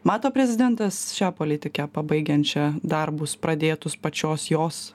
mato prezidentas šią politikę pabaigiančią darbus pradėtus pačios jos